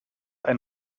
ein